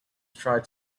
tried